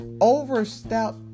overstep